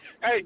Hey